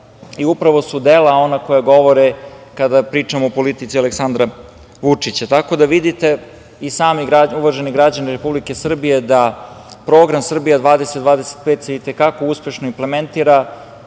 Upravo su dela ona koja govore kada pričamo o politici Aleksandra Vučića. Tako da, vidite i sami uvaženi građani Republike Srbije da program „Srbija 2025“ se i te kako uspešno implementira,